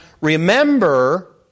remember